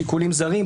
שיקולים זרים,